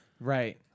Right